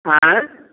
आँए